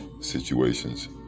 situations